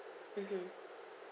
mmhmm